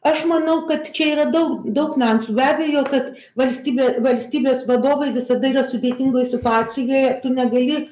aš manau kad čia yra daug daug niuansų be abejo kad valstybė valstybės vadovai visada yra sudėtingoj situacijoj tu negali